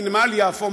מנמל יפו,